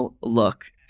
look